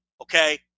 okay